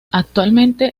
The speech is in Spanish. actualmente